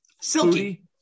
silky